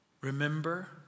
Remember